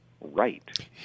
right